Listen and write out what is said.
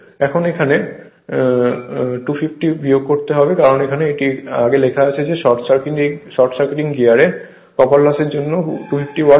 এবং এখানে 250 বিয়োগ করতে হবে কারণ এখানে এটি এখানে লেখা আছে যে শর্ট সার্কিটিং গিয়ারে কপার লসের জন্য 250 ওয়াট হয়